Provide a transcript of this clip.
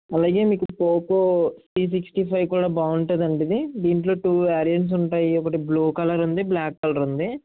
అలాగే మీకు Poco C sixty five కూడా బాగుంటుందండి ఇది దీంట్లో టూ వేరియంట్స్ ఉంటాయి ఒకటి బ్లూ కలర్ ఉంది బ్ల్యాక్ కలర్ ఉంది